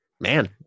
man